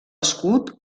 escut